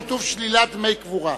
כתוב: שלילת דמי קבורה.